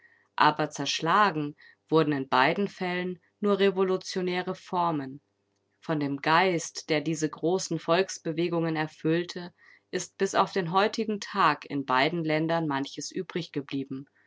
aber zerschlagen wurden in beiden fällen nur revolutionäre formen von dem geist der diese großen volksbewegungen erfüllte ist bis auf den heutigen tag in beiden ländern manches